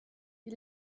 die